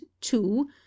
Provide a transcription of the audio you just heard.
two